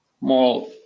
more